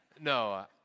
No